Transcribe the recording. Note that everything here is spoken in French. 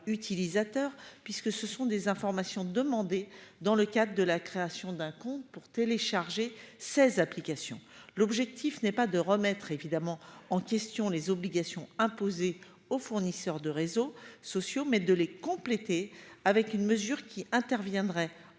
utilisateurs puisque ce sont des informations demandées dans le cadre de la création d'un compte pour télécharger 16 application. L'objectif n'est pas de remettre évidemment en question les obligations imposées aux fournisseurs de réseaux sociaux mais de les compléter avec une mesure qui interviendrait en